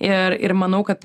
ir ir manau kad